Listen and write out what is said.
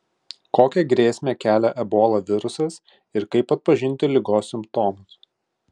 kokią grėsmę kelia ebola virusas ir kaip atpažinti ligos simptomus